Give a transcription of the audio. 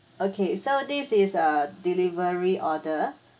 okay so this is uh delivery order